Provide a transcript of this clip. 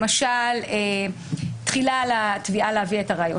למשל תחילה על התביעה להביא את הראיות